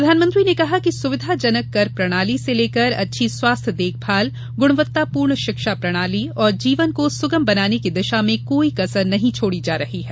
प्रधानमंत्री ने कहा कि सुविधा जनक कर प्रणाली से लेकर अच्छी स्वास्थ्य देखभाल गुणवत्तापूर्ण शिक्षा प्रणाली और जीवन को सुगम बनाने की दिशा में कोई कसर नहीं छोड़ी जा रही है